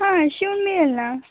हा शिवून मिळेल ना